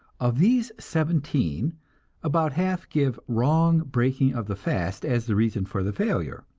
of these seventeen about half give wrong breaking of the fast as the reason for the failure.